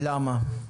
למה?